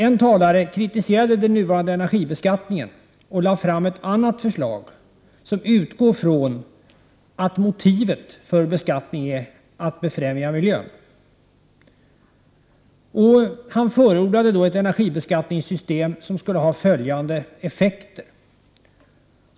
En talare kritiserade den nuvarande energibeskattningen och lade fram ett annat förslag som utgår från att motivet för beskattning är att befrämja miljön. Talaren förordade ett energibeskattningssystem som skulle ha följande effekter.